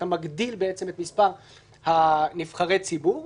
אתה מגדיל את מספר נבחרי הציבור,